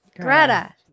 Greta